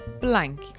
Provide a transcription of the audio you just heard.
blank